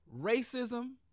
Racism